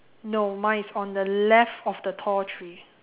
no mine is on the left of the tall tree